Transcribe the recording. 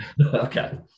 Okay